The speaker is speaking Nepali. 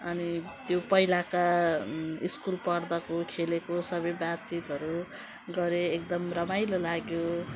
अनि त्यो पहिलाका स्कुल पढ्दाको खेलेको सबै बातचितहरू गरेँ एकदम रमाइलो लाग्यो